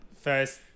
First